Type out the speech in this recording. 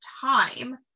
time